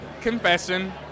Confession